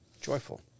joyful